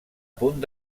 punt